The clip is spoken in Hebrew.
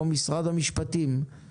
כמו משרד המשפטים,